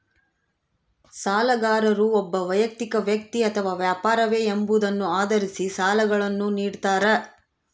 ಸಾಲಗಾರರು ಒಬ್ಬ ವೈಯಕ್ತಿಕ ವ್ಯಕ್ತಿ ಅಥವಾ ವ್ಯಾಪಾರವೇ ಎಂಬುದನ್ನು ಆಧರಿಸಿ ಸಾಲಗಳನ್ನುನಿಡ್ತಾರ